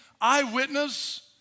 eyewitness